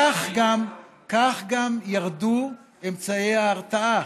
כך גם ירדו אמצעי ההרתעה.